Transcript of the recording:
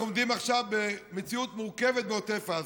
אנחנו עומדים עכשיו במציאות מורכבת בעוטף עזה.